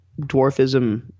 dwarfism